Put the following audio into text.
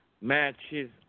matches